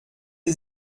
sie